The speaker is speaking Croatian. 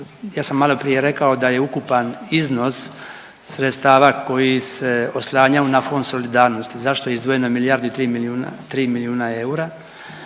ja sam maloprije rekao da je ukupan iznos sredstava koji se oslanjaju na Fond solidarnosti, zašto je izdvojeno milijardu i 3 milijuna eura?